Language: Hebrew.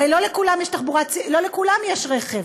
הרי לא לכולם יש רכב,